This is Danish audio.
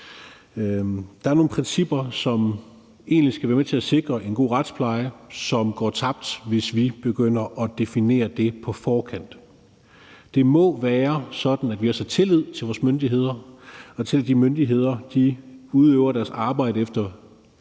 Der er nogle principper, som egentlig skal være med til at sikre en god retspleje, og som går tabt, hvis vi begynder at definere det på forkant. Det må være sådan, at vi også har tillid til vores myndigheder og til, at de myndigheder udøver deres arbejde, efter